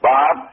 Bob